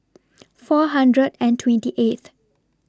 four hundred and twenty eighth